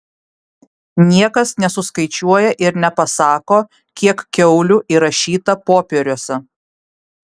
niekas nesuskaičiuoja ir nepasako kiek kiaulių įrašyta popieriuose